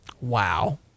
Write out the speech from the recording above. Wow